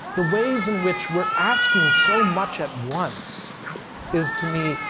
the ways in which we're asking so much at once is, to me,